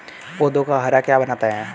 पौधों को हरा क्या बनाता है?